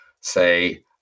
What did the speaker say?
say